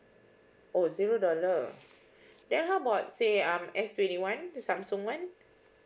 oh zero dollar then how about say mm S twenty one the Samsung one